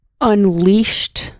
Unleashed